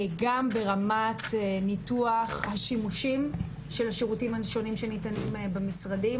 גם ברמת ניתוח השימושים של השירותים השונים שניתנים במשרדים,